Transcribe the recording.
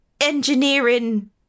engineering